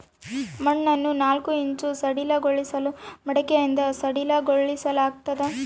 ಮಣ್ಣನ್ನು ನಾಲ್ಕು ಇಂಚು ಸಡಿಲಗೊಳಿಸಲು ಮಡಿಕೆಯಿಂದ ಸಡಿಲಗೊಳಿಸಲಾಗ್ತದೆ